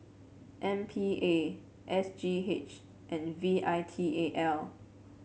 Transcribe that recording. M P A S G H and V I T A L